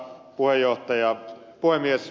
arvoisa puhemies